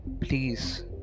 please